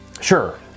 Sure